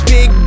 Big